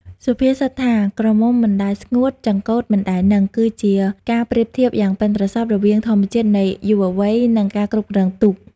សុភាសិតថា «ក្រមុំមិនដែលស្ងួត ចង្កូតមិនដែលនឹង»គឺជាការប្រៀបធៀបយ៉ាងប៉ិនប្រសប់រវាងធម្មជាតិនៃយុវវ័យ និងការគ្រប់គ្រងទូក។